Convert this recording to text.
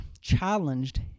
challenged